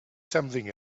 something